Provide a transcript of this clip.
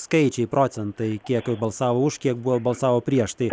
skaičiai procentai kiek balsavo už kiek buvo balsavo prieš tai